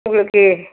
okay